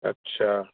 अच्छा